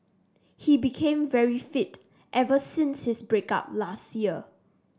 he became very fit ever since his break up last year